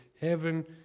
Heaven